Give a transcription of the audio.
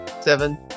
seven